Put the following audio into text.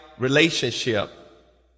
relationship